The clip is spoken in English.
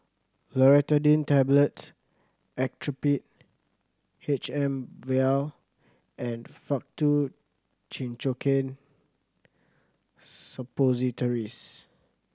Loratadine Tablets Actrapid H M Vial and Faktu Cinchocaine Suppositories